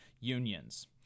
unions